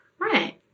Right